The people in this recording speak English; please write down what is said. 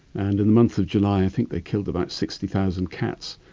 and in the month of july i think they killed about sixty thousand cats.